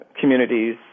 communities